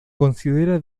considera